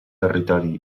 territori